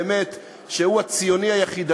שהוא באמת הציוני היחיד,